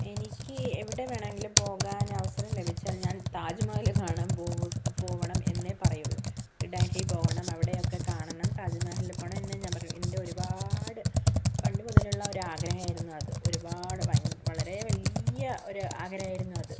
എനിക്ക് എവിടെ വേണമെങ്കിലും പോകാൻ അവസരം ലഭിച്ചാൽ ഞാൻ താജ്മഹൽ കാണാൻ പോവു പോകണം എന്നേ പറയൂ ഡൽഹി പോണം അവിടെയൊക്കെ കാണണം താജ്മഹലിൽ പോകണം എന്നേ ഞാൻ പറയൂ എന്റെ ഒരുപാട് പണ്ട് മുതലുള്ള ഒരു ആഗ്രഹം ആയിരുന്നു അത് ഒരുപാട് വളരെ വലിയ ഒരു ആഗ്രഹം ആയിരുന്നു അത്